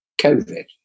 COVID